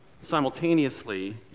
simultaneously